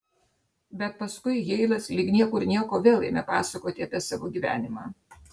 bet paskui heilas lyg niekur nieko vėl ėmė pasakoti apie savo gyvenimą